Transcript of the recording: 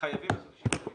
חייבים לעשות ישיבה,